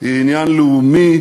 היא עניין לאומי,